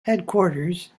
headquarters